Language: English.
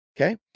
Okay